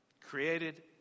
created